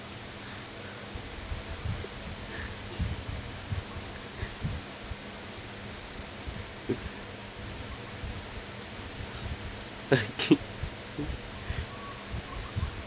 okay